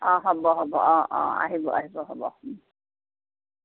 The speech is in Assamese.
হ'ব হ'ব আহিব আহিব হ'ব